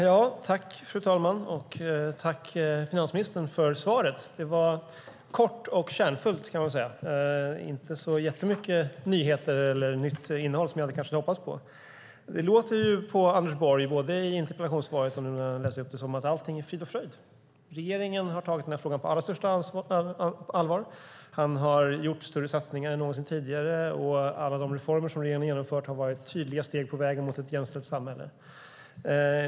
Fru talman! Tack, finansministern, för svaret! Det var kort och kärnfullt, kan man väl säga. Det var inte så mycket nyheter som jag kanske hade hoppats på. Det låter på Anders Borg, när han läser upp interpellationssvaret, som att allting är frid och fröjd. Regeringen har tagit den här frågan på allra största allvar. Man har gjort större satsningar än någonsin tidigare. Och alla de reformer som regeringen har genomfört har varit tydliga steg på vägen mot ett jämställt samhälle.